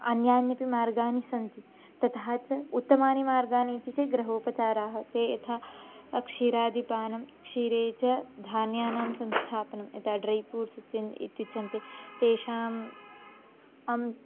अन्ये अपि मार्गाः सन्ति तथा च उत्तमाः मार्गाः इति च गृहोपचाराः ते यथा क्षीरादिपानं क्षीरे च धान्यानां संस्थापनं यथा ड्रै फ़्रूट्स् इति इत्युच्यन्ते तेषाम् अम्